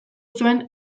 zuen